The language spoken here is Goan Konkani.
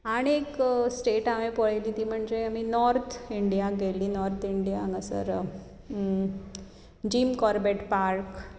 आनीक स्टॅट हांवें पळयली ती म्हणजे आमी नोर्थ इंडियाक गेल्लीं नोर्थ इंडिया हांगासर जीम कॉर्बेट पार्क